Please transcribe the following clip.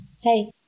Hey